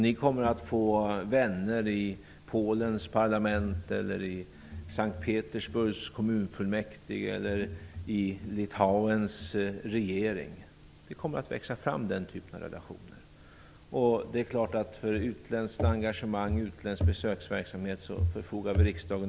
Ni kommer att få vänner i Polens parlament, i S:t Petersburgs kommunfullmäktige eller i Litauens regering. Den typen av relationer kommer att växa fram. Självfallet förfogar riksdagen över sina egna resurser för utländskt engagemang och utländsk besöksverksamhet.